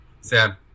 Sam